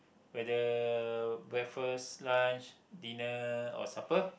whether breakfast lunch dinner or supper